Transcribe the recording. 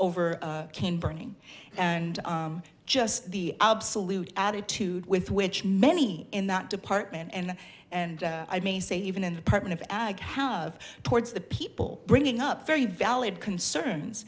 over came burning and just the absolute attitude with which many in that department and and i may say even in the apartment of ag have towards the people bringing up very valid concerns